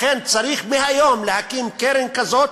לכן צריך מהיום להקים קרן כזאת,